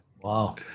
Wow